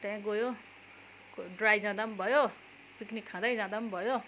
त्यहाँ गयो ड्राई जाँदा पनि भयो पिकनिक खाँदै जाँदा पनि भयो